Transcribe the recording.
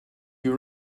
you